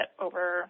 over